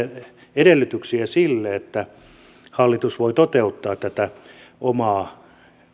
edellytyksiä sille että hallitus voi toteuttaa tätä omaa